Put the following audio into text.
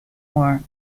more